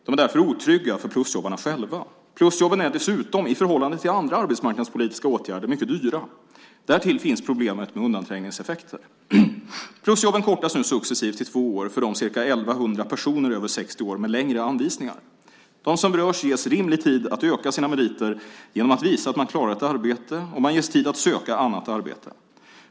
De är därför otrygga för plusjobbarna själva. Plusjobben är dessutom, i förhållande till andra arbetsmarknadspolitiska åtgärder, mycket dyra. Därtill finns problemet med undanträngningseffekter. Plusjobben kortas nu successivt till två år för de ca 1 100 personer över 60 år med längre anvisningar. De som berörs ges rimlig tid att öka sina meriter genom att visa att man klarar ett arbete, och man ges tid att söka annat arbete.